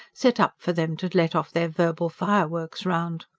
set up for them to let off their verbal fireworks round.